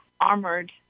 armored